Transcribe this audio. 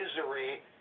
misery